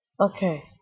Okay